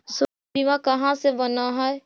स्वास्थ्य बीमा कहा से बना है?